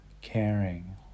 caring